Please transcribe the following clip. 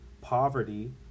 poverty